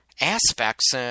aspects